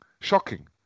Shocking